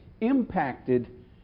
impacted